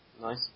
Nice